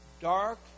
dark